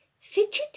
Fidget